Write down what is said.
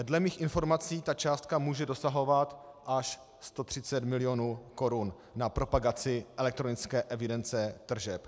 Dle mých informací ta částka může dosahovat až 130 mil. korun na propagaci elektronické evidence tržeb.